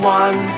one